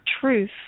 truth